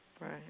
Right